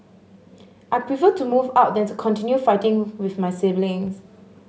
I prefer to move out than to continue fighting with my siblings